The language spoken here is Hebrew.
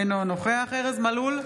אינו נוכח ארז מלול,